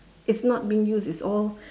it's not being used it's all